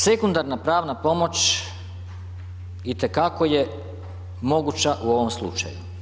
Sekundarna pravna pomoć itekako je moguća u ovom slučaju.